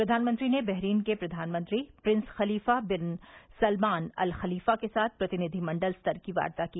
प्रधानमंत्री ने बहरीन के प्रधानमंत्री prince Khalifa bin Salman al Khalifa के साथ प्रतिनिधिमंडल स्तर की वार्ता की